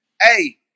Hey